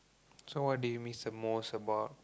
so what do you miss the most about